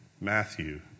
Matthew